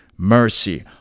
Mercy